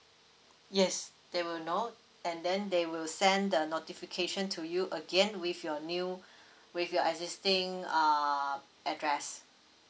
yes they will know and then they will send the notification to you again with your new with your existing uh address